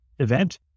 event